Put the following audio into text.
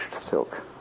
silk